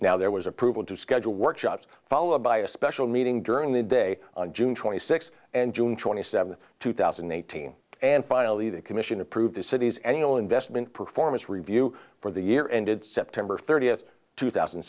now there was approval to schedule workshops followed by a special meeting during the day on june twenty sixth and june twenty seventh two thousand and eighteen and finally the commission approved the city's annual investment performance review for the year ended september thirtieth two thousand